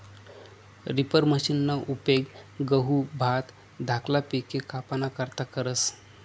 reaper मशिनना उपेग गहू, भात धाकला पिके कापाना करता करतस